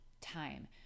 time